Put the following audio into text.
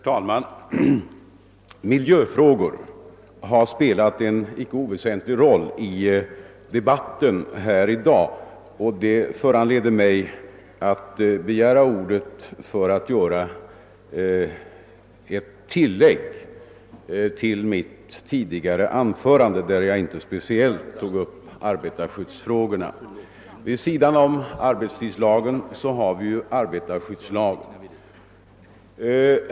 Herr talman! Miljöfrågor har spelat en icke oväsentlig roll i debatten här i dag. Detta föranleder mig att begära ordet för att göra ett tillägg till mitt tidigare anförande, där jag inte speciellt tog upp arbetarskyddsfrågorna. Vid sidan av arbetstidslagen har vi arbetarskyddslagen.